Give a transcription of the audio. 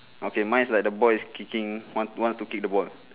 okay mine is like the boy is kicking want want to kick the ball